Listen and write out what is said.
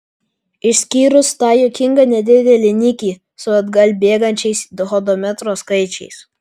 išskyrus tą juokingą nedidelį nikį su atgal bėgančiais hodometro skaičiais